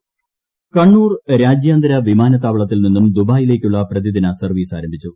വിമാന സർവ്വീസ് കണ്ണൂർ കണ്ണൂർ രാജ്യാന്തര വിമാനത്താവളത്തിൽ നിന്നും ദുബായിലേക്കുളള പ്രതിദിന സർവ്വീസ് ആരംഭിച്ചു